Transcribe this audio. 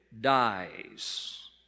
dies